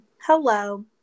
hello